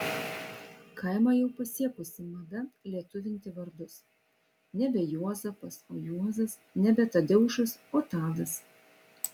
kaimą jau pasiekusi mada lietuvinti vardus nebe juozapas o juozas nebe tadeušas o tadas